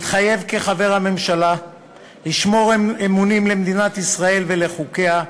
מתחייב כחבר הממשלה לשמור אמונים למדינת ישראל ולחוקיה,